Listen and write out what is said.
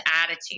attitude